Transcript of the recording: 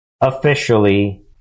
officially